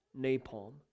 napalm